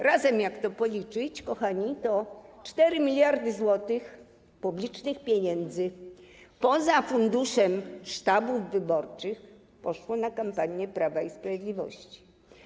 Razem, jak to policzyć, kochani, to 4 mld zł publicznych pieniędzy, poza funduszem sztabów wyborczych, poszło na kampanię Prawa i Sprawiedliwości.